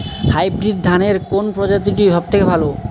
Hybrid ধানের কোন প্রজীতিটি সবথেকে ভালো?